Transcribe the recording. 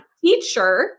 teacher